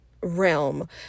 realm